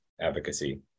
advocacy